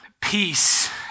peace